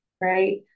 right